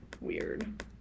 weird